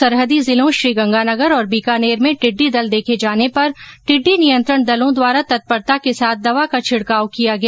सरहदी जिलों श्रीगंगानगर और बीकानेर में टिड़डी दल देखे जाने पर टिड़डी नियंत्रण दलों द्वारा तत्परता के साथ दवा का छिड़काव किया गया